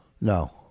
No